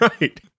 Right